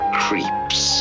creeps